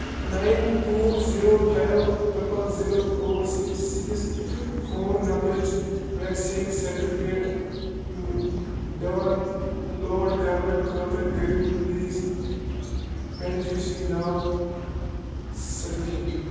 nine two zero five triple zero four six six phone نمبرٕچ vaccine certificate download کَرنہٕ خٲطرٕ کٔرِو please beneficiary now select